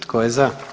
Tko je za?